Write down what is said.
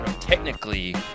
Technically